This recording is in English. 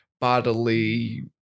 bodily